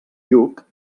lluc